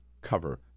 cover